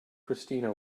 christina